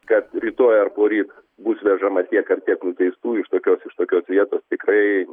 kad rytoj ar poryt bus vežama tiek ar tiek nuteistųjų iš tokios iš tokios vietos tikrai